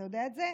אתה יודע את זה?